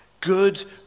good